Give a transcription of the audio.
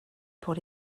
pour